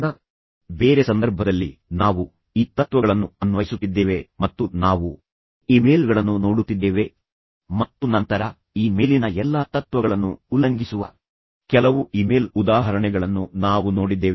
ಈಗ ಬೇರೆ ಸಂದರ್ಭದಲ್ಲಿ ನಾವು ಈ ತತ್ವಗಳನ್ನು ಅನ್ವಯಿಸುತ್ತಿದ್ದೇವೆ ಮತ್ತು ನಾವು ಇಮೇಲ್ಗಳನ್ನು ನೋಡುತ್ತಿದ್ದೇವೆ ಮತ್ತು ನಂತರ ಈ ಮೇಲಿನ ಎಲ್ಲಾ ತತ್ವಗಳನ್ನು ಉಲ್ಲಂಘಿಸುವ ಕೆಲವು ಇಮೇಲ್ ಉದಾಹರಣೆಗಳನ್ನು ನಾವು ನೋಡಿದ್ದೇವೆ